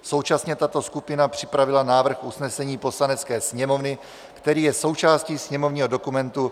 Současně tato skupina připravila návrh usnesení Poslanecké sněmovny, který je součástí sněmovního dokumentu 8832.